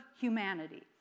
humanity